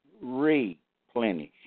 replenish